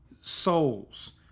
souls